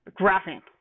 graphing